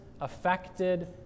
affected